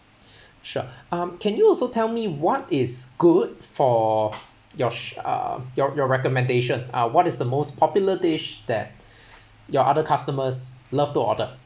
sure um can you also tell me what is good for your um your your recommendation uh what is the most popular dish that your other customers love to order